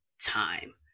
time